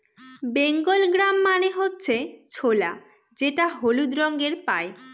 Bengal gram মানে হচ্ছে ছোলা যেটা হলুদ রঙে পাই